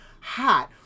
hot